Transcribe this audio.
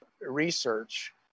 research